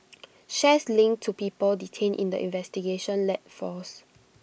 shares linked to people detained in the investigation led falls